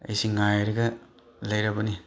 ꯑꯩꯁꯤ ꯉꯥꯏꯔꯒ ꯂꯩꯔꯕꯅꯤ